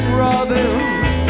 robins